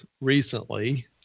recently